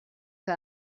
que